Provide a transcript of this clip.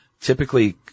typically